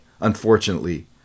unfortunately